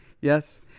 Yes